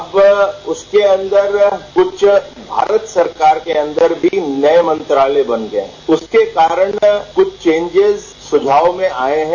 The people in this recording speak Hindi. अब उनके अंदर कुछ भारत सरकार के अंदर भी नये मंत्रालय बन गये उनके कारण कुछ चेंजेज सुझाव भी आये हैं